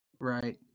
Right